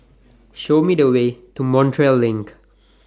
Show Me The Way to Montreal LINK